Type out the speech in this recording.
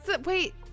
Wait